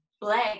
black